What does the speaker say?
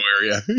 area